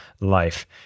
life